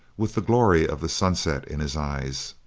with the glory of the sunset in his eyes.